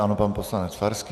Ano, pan poslanec Farský.